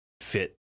fit